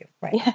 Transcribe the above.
right